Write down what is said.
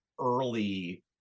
early